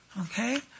Okay